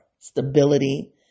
stability